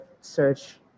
search